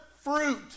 fruit